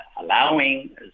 allowing